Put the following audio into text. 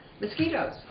mosquitoes